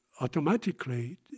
automatically